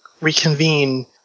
reconvene